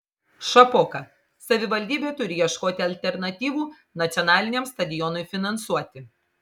šapoka savivaldybė turi ieškoti alternatyvų nacionaliniam stadionui finansuoti